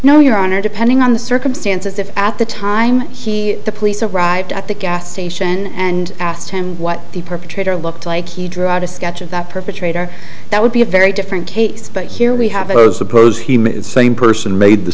no your honor depending on the circumstances if at the time he the police arrived at the gas station and asked him what the perpetrator looked like he drew out a sketch of that perpetrator that would be a very different case but here we have heard suppose he same person made the